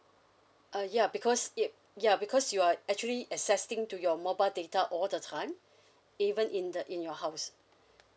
uh ya because it ya because you are actually accessing to your mobile data all the time even in the in your house